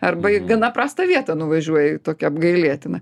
arba į gana prastą vietą nuvažiuoji į tokią apgailėtiną